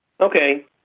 Okay